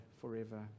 forever